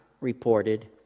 reported